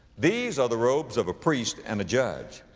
these are the robes of a priest and a judge.